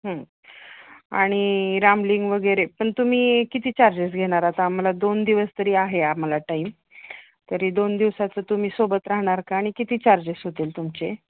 हं आणि रामलिंग वगैरे पण तुम्ही किती चार्जेस घेणार आता आम्हाला दोन दिवस तरी आहे आम्हाला टाईम तरी दोन दिवसाचं तुम्ही सोबत राहणार का आणि किती चार्जेस होतील तुमचे